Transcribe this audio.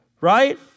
right